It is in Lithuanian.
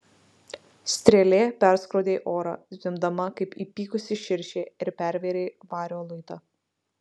strėlė perskrodė orą zvimbdama kaip įpykusi širšė ir pervėrė vario luitą